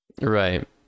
right